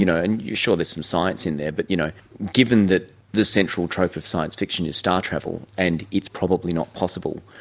you know and sure there's some science in there, but you know given that the central trope of science fiction is star travel and it's probably not possible,